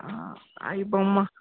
iBomma